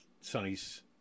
Sonny's